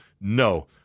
No